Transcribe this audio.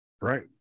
Right